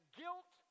guilt